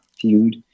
feud